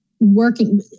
working